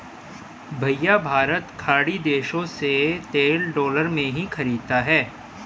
भैया भारत खाड़ी देशों से तेल डॉलर में ही खरीदता है